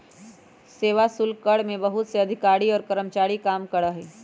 सेवा शुल्क कर में बहुत से अधिकारी और कर्मचारी काम करा हई